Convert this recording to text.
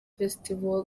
festival